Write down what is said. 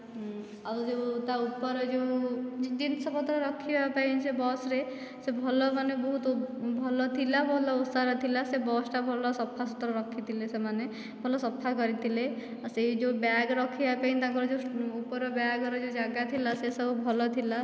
ଆଉ ଯେଉଁ ତା' ଉପର ଯେଉଁ ଜିନିଷ ପତ୍ର ରଖିବା ପାଇଁ ସେ ବସରେ ସବୁ ଭଲ ବହୁତ୍ ଭଲ ଥିଲା ଭଲ ଓସାର ଥିଲା ସେ ବସ୍ଟା ଭଲ ସଫା ସୁତୁରା ରଖି ଥିଲେ ସେମାନେ ଭଲ ସଫା କରି ଥିଲେ ସେହି ଯେଉଁ ବ୍ୟାଗ୍ ରଖିବା ପାଇଁ ତାଙ୍କର ଯେଉଁ ଉପରେ ଜାଗା ଥିଲା ସେ ସବୁ ଭଲ ଥିଲା